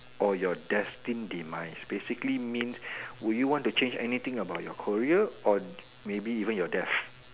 or your destined demise basically means would you want to change anything about your career or maybe even your death